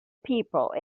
people